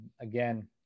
again